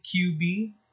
QB